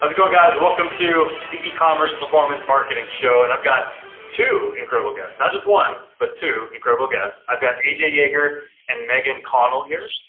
ah guys, welcome to the e-commerce performance marketing show. and i've got two incredible guests, not just one but two incredible guests. i've got aj yeager and meaghan connell here,